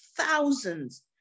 thousands